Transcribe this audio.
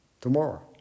tomorrow